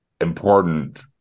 important